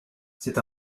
c’est